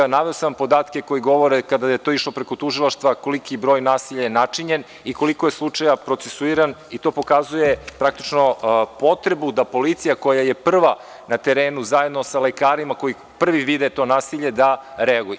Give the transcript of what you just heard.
Naveo sam vam podatke koji govore da kada je to išlo preko tužilaštva koliki je broj nasilja je načinjen i koliko je slučaja procesuirano i to pokazuje praktično potrebu da policija koja je prva na terenu zajedno sa lekarima koji prvi vide to nasilje da reaguju.